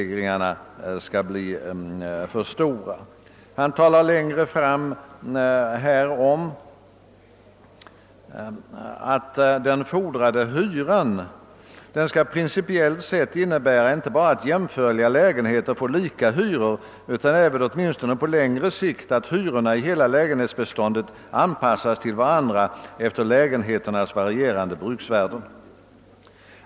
Litet längre ned på samma sida skriver departementschefen att »den fordrade hyran, om den inte väsentligt överstiger hyran för lägenheter som med hänsyn till bruksvärdet är likvärdiga, principiellt sett innebär inte bara att jämförliga lägenheter får lika höga hyror utan även, åtminstone på längre sikt, att hyrorna i hela lägenhetsbeståndet anpassas till varandra efter lägenheternas varierande bruksvärden».